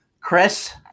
Chris